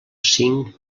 cinc